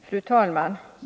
Fru talman!